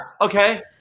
okay